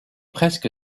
presque